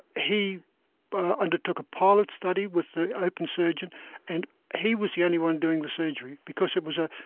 he but undertook a pilot study with the open surgeon and he was the only one doing the surgery because it was a